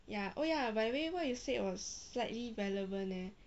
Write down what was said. ya oh ya by the way what you said was slightly relevant leh